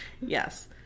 Yes